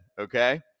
Okay